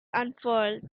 unfurled